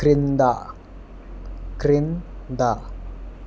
క్రింద క్రింద